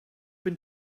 been